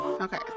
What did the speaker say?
Okay